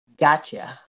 Gotcha